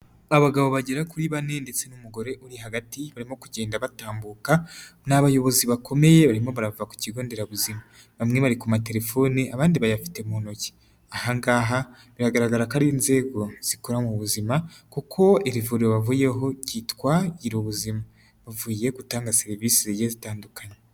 Abagabo bagera kuri bane ndetse n'umugore uri hagati, barimo kugenda batambuka ni abayobozi bakomeye barimo barava ku kigo nderabuzima, bamwe bari ku matelefone abandi bayafite mu ntoki, aha ngaha biragaragara ko ari inzego zikora mu buzima kuko iri vuriro bavuyeho ryitwa Girubuzima, bavuye gutanga serivisi zigiye zitandukanye.